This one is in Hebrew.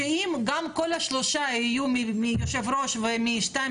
גם אם כל השלושה יהיו מיושב-ראש ומ-2 ,